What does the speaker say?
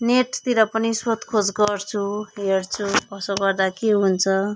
नेटतिर पनि सोधखोज गर्छु हेर्छु कसो गर्दा के हुन्छ